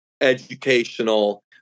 educational